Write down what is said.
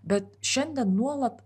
bet šiandien nuolat